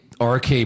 RK